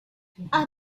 the